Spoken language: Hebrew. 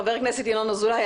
חבר הכנסת ינון אזולאי,